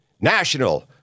national